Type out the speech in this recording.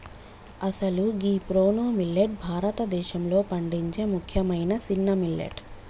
అసలు గీ proso millet భారతదేశంలో పండించే ముఖ్యమైన సిన్న మిల్లెట్